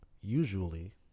usually